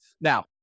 Now